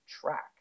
track